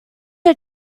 her